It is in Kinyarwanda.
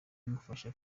imufasha